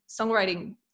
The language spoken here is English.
songwriting